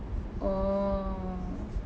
oh